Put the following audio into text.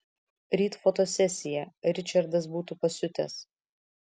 ryt fotosesija ričardas būtų pasiutęs